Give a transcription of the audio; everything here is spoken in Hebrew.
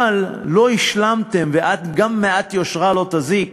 אבל לא השלמתם, וגם מעט יושרה לא תזיק